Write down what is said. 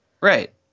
Right